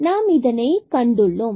நாம் இதை கண்டுள்ளோம்